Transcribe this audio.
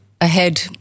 ahead